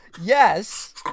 Yes